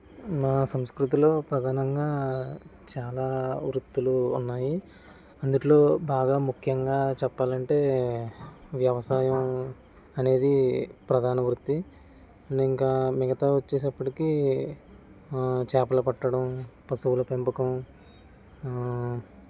నా సంస్కృతిలో ప్రధానంగా చాలా వృత్తులు ఉన్నాయి అందులో బాగా ముఖ్యంగా చెప్పాలంటే వ్యవసాయం అనేది ప్రధాన వృత్తి నేనింకా మిగతా వచ్చేటప్పటికి చేపలు పట్టడం పశువుల పెంపకం